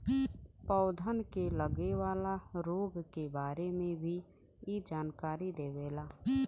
पौधन के लगे वाला रोग के बारे में भी इ जानकारी देवला